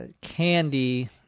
candy